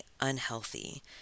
unhealthy